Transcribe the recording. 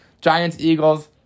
Giants-Eagles